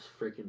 freaking